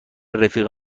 رفیق